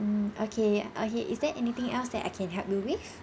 mm okay okay is there anything else that I can help you with